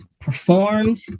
performed